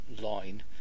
line